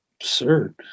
absurd